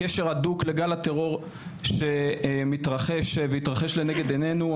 קשר הדוק לגל הטרור שמתרחש והתרחש לנגד עינינו.